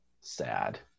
sad